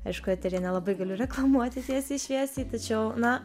aišku eteryje nelabai galiu reklamuoti tiesiai šviesiai tačiau na